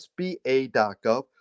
sba.gov